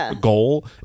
goal